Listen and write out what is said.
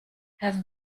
have